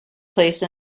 place